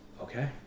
Okay